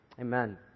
Amen